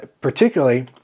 particularly